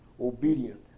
obedient